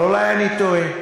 אבל אולי אני טועה.